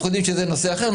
אנחנו יודעים שזה נושא אחר.